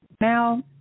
now